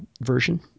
version